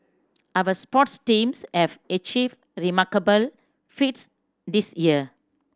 our sports teams have achieved remarkable feats this year